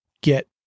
get